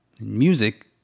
Music